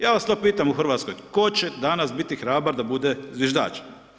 Ja vas to pitam u Hrvatskoj, tko će danas biti hrabar da bude zviždač?